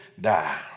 die